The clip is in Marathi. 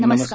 नमस्कार